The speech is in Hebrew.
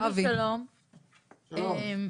שלום אבי,